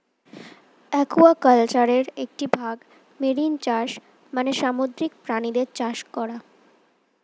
অ্যাকুয়াকালচারের একটি ভাগ মেরিন চাষ মানে সামুদ্রিক প্রাণীদের চাষ করা